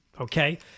okay